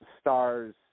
stars